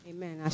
Amen